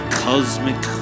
cosmic